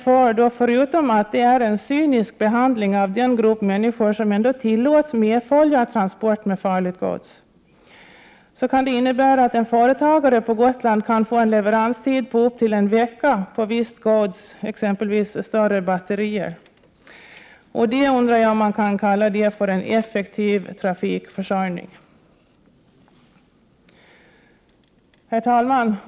Förutom att det här är en cynisk behandling av en grupp människor som tillåts följa med, trots att det är fråga om transport med farligt gods, medför detta att t.ex. en företagare på Gotland kan få finna sig i leveranstider på upp till en vecka för visst gods, exempelvis större batterier. Jag undrar om man kalla detta för effektiv trafikförsörjning. Herr talman!